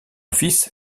fils